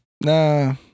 Nah